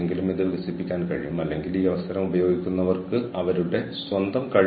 അതിനാൽ അവർ സാക്ഷ്യപ്പെടുത്തിയ അല്ലെങ്കിൽ അംഗീകൃത സേവന ഏജന്റുമാരുമായി വരാൻ തുടങ്ങി